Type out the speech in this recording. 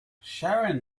sharon